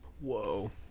Whoa